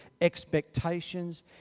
expectations